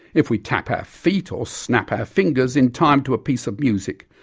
if we tap our feet or snap our fingers in time to a piece of music,